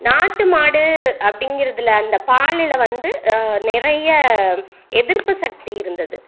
நாட்டு மாடு அப்படிங்கிறதுல அந்தப் பாலில் வந்து நிறைய எதிர்ப்பு சக்தி இருந்தது